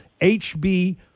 HB